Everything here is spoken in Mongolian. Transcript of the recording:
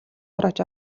хурааж